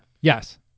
Yes